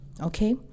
okay